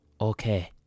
Okay